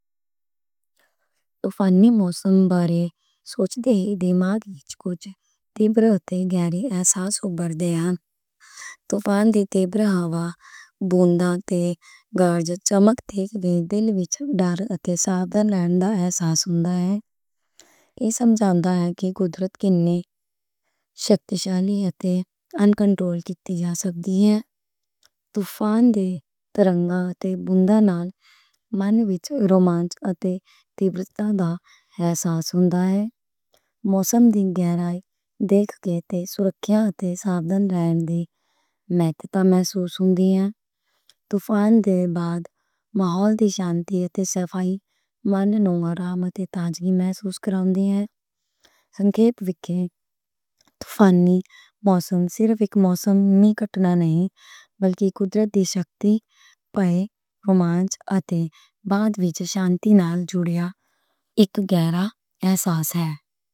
طوفانی موسم لاری سو تے جے تھے میٹک اُتے۔ تے بریٹے آئیلیاز ہاسو بر دے اتے فنجے تے جبرالا والݨا پیؤئزسوں لوک پیج کٹھے۔ تے لِمِتھ اُتھارے تھس آتھا لالوآز اصلے جی سمجھ آ جائے کہ کی انگلش سیفٹی کوالٹی تے آنکھن توں جتھے ایستھیٹک ترے لائے۔ تے ولیں لنّی اِتھُرول مج تے پیپل لوک تالا حساس ہو لے ج موسم تھنگ جرائج دیکھ کے تے سکیل تے شو اماؤنٹاں لِمِٹ پہ میژرز ووں۔ جے اپواؤں تھے بت مول تھکنتھیہ تھا سے فائن مائنر مرمت پے ہمیں سوز کراتے اَجے بکے فائنلی واضح صرف اک موسمی کٹ لین والا کی کوالٹی سیٹی وے جمع تے بَتلِتھ سانتِینا ئل تھُرجے تے جیڑا افسوس ہے